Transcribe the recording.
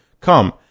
come